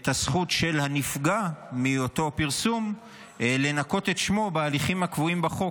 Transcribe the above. את הזכות של הנפגע מאותו פרסום לנקות את שמו בהליכים הקבועים בחוק,